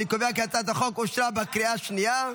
אני קובע כי הצעת החוק אושרה בקריאה השנייה.